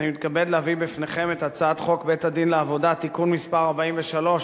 אני מתכבד להביא בפניכם את הצעת חוק בית-הדין לעבודה (תיקון מס' 43),